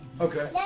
Okay